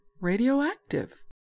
radioactive